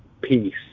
peace